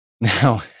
Now